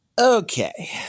Okay